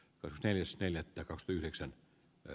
kahteen siten että yhdeksän e